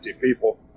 people